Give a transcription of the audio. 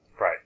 Right